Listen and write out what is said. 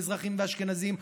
למזרחים ואשכנזים,